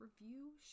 review